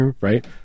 Right